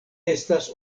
estas